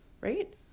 Right